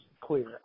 clear